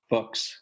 Books